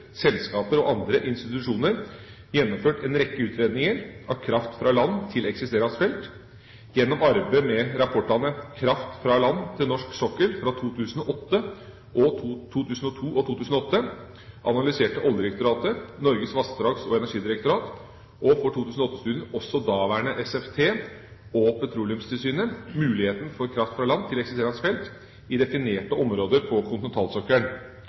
selskaper og andre institusjoner gjennomført en rekke utredninger av kraft fra land til eksisterende felt. Gjennom arbeidet med rapportene Kraft fra land til norsk sokkel fra 2002 og 2008 analyserte Oljedirektoratet, Norges vassdrags- og energidirektorat, og for 2008-studien også daværende SFT og Petroleumstilsynet, muligheten for kraft fra land til eksisterende felt i definerte områder på